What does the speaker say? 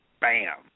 Bam